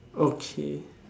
okay